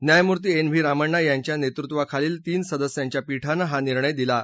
न्यायमूर्ती N V Ramanna यांच्या नेतृत्वाखालील तीन सदस्यांच्या पीठानं हा निर्णय दिला आहे